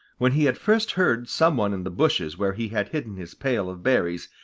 when he had first heard some one in the bushes where he had hidden his pail of berries,